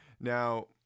Now